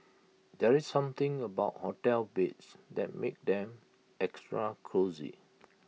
there's something about hotel beds that makes them extra cosy